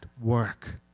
work